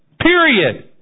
Period